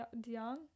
Dion